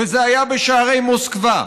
וזה היה בשערי מוסקבה.